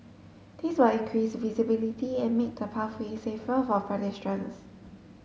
this will increase visibility and make the pathway safer for pedestrians